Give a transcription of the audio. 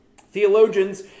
Theologians